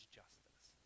justice